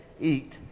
eat